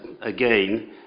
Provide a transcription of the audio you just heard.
Again